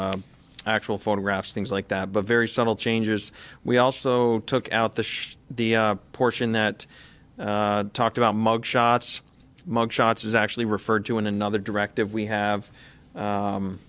actual photographs things like that but very subtle changes we also took out the show the portion that talked about mug shots mug shots is actually referred to in another directive we have